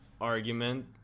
argument